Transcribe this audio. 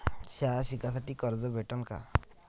शाळा शिकासाठी कर्ज भेटन का?